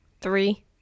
Three